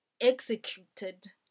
executed